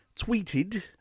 tweeted